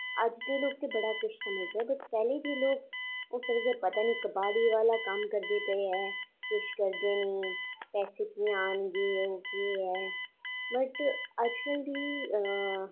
अज्ज दे लोक ते बड़ा किश समझदे पर पैह्लें जिसलै कुसै ई पता निं कवाड़ी वाला कम्म करदे पे ऐ किश करदे निं पैसे कि'यां आन गे ओह् केह् ऐ वट अज्ज कल दी